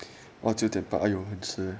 !wah! 九点半很迟 leh